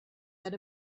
that